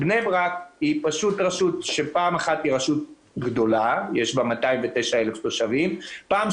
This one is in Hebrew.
זו רשות גדולה 220,000 תושבים בנוסף,